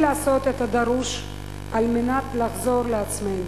לעשות את הדרוש על מנת לחזור לעצמנו.